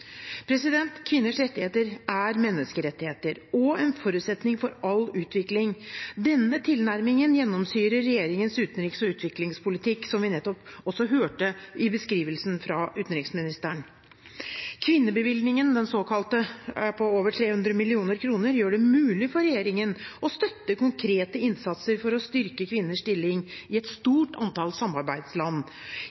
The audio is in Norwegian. Kvinners rettigheter er menneskerettigheter og en forutsetning for all utvikling. Denne tilnærmingen gjennomsyrer regjeringens utenriks- og utviklingspolitikk, som vi nettopp også hørte i beskrivelsen fra utenriksministeren. Den såkalte kvinnebevilgningen på over 300 mill. kr gjør det mulig for regjeringen å støtte konkrete innsatser for å styrke kvinners stilling i et stort antall samarbeidsland.